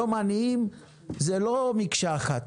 היום עניים זו לא מקשה אחת.